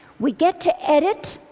we get to edit,